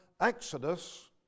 Exodus